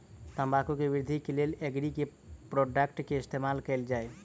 तम्बाकू केँ वृद्धि केँ लेल एग्री केँ के प्रोडक्ट केँ इस्तेमाल कैल जाय?